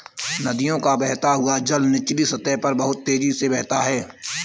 नदियों का बहता हुआ जल निचली सतह पर बहुत तेजी से बहता है